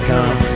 Come